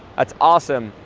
that's awesome,